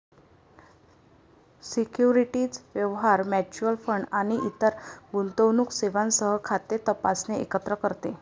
securities व्यवहार, mutual fund आणि इतर गुंतवणूक सेवांसह खाते तपासणे एकत्र करते